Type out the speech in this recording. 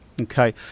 Okay